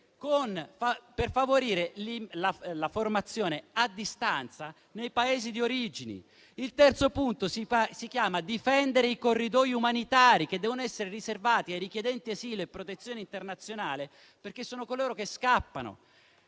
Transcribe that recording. per favorire la formazione a distanza nei Paesi di origine. Il quarto punto si chiama difendere i corridoi umanitari, che devono essere riservati ai richiedenti asilo e protezione internazionale, perché sono coloro che scappano